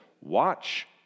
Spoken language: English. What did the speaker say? watch